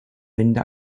rinde